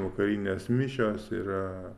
vakarinės mišios yra